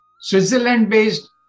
Switzerland-based